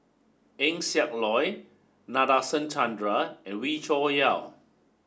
Eng Siak Loy Nadasen Chandra and Wee Cho Yaw